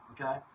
okay